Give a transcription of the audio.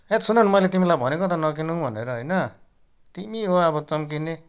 हैट सुन न मैले तिमीलाई भनेको त नकिनौँ भनेर होइन तिमी हो अब चम्किने